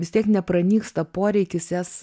vis tiek nepranyksta poreikis jas